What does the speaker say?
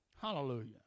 Hallelujah